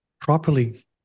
properly